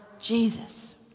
Jesus